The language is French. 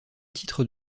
titre